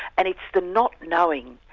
and it's the not knowing.